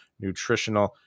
nutritional